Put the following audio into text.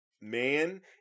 man